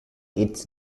its